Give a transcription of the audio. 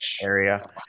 area